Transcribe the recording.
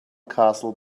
castle